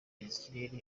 ikirere